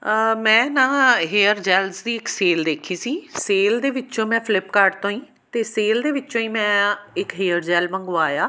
ਮੈਂ ਨਾ hair gels ਦੀ ਇੱਕ ਸੇਲ ਦੇਖੀ ਸੀ ਸੇਲ ਦੇ ਵਿੱਚੋਂ ਮੈਂ ਫਲਿੱਪਕਾਰਟ ਤੋਂ ਹੀ ਅਤੇ ਸੇਲ ਦੇ ਵਿੱਚੋਂ ਹੀ ਮੈਂ ਇੱਕ ਹੇਅਰ ਜੈੱਲ ਮੰਗਵਾਇਆ